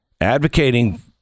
Advocating